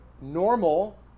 Normal